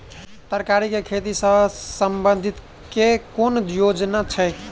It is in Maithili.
तरकारी केँ खेती सऽ संबंधित केँ कुन योजना छैक?